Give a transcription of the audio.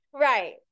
Right